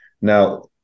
Now